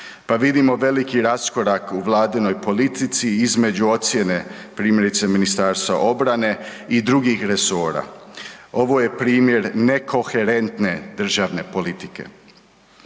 pa vidimo veliki raskorak u Vladinoj politici između ocjene, primjerice, MORH-a i drugih resora. Ovo je primjer nekoherentne državne politike.